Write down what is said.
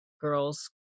girls